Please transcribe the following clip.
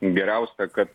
geriausia kad